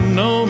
no